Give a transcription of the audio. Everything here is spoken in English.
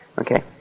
Okay